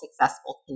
successful